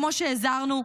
כמו שהזהרנו,